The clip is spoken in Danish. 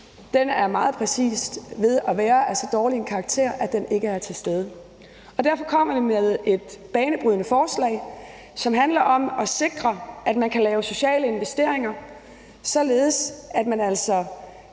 er meget præcist ved at være af så dårlig en karakter, at den ikke er til stede. Derfor kommer vi med et banebrydende forslag, som handler om at sikre, at man kan lave sociale investeringer, således at man altså